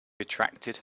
retracted